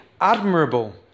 admirable